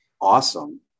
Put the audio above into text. awesome